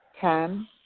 Ten